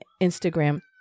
Instagram